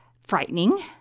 frightening